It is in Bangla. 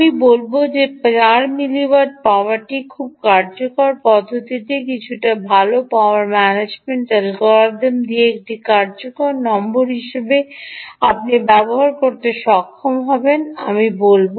আমি বলব যে 4 মিলি ওয়াট পাওয়ারটি খুব কার্যকর পদ্ধতিতে কিছু ভাল পাওয়ার ম্যানেজমেন্ট অ্যালগরিদম দিয়ে এটি কার্যকর নম্বর হিসাবে আপনি ব্যবহার করতে সক্ষম হবেন আমি বলব